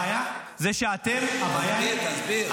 הבעיה היא שאתם --- תסביר, תסביר.